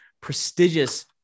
prestigious